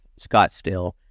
Scottsdale